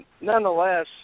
nonetheless